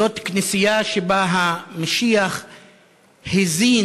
זאת כנסייה שבה המשיח הזין,